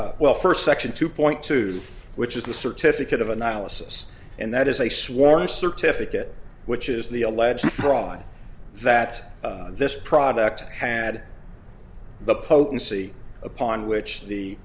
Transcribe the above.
well first section two point two which is the certificate of analysis and that is a sworn certification which is the alleged fraud that this product had the potency upon which the